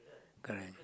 correct